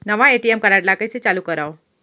नवा ATM card ल कइसे चालू करव?